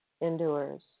endures